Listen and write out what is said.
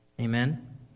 Amen